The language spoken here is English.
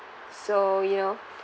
so you know